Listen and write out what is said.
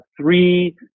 three